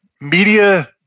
media